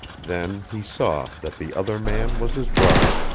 then he saw that the other man was his brother.